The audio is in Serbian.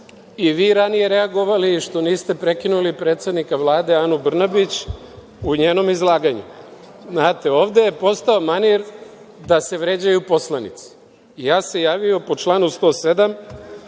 i vi ranije reagovali i što niste prekinuli predsednika Vlade, Anu Brnabić u njenom izlaganju. Znate, ovde je postao manir da se vređaju poslanici i ja sam se javio po članu 107.